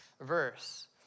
verse